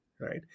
right